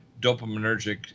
dopaminergic